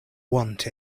want